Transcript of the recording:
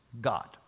God